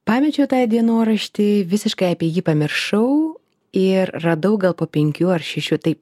pamečiau tą dienoraštį visiškai apie jį pamiršau ir radau gal po penkių ar šešių taip